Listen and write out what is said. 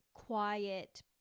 Quiet